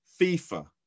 FIFA